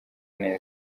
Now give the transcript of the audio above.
neza